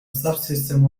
subsystem